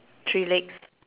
three legs